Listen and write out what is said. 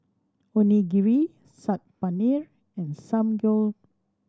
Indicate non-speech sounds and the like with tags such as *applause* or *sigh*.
Onigiri Saag Paneer and *unintelligible*